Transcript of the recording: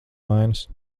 vainas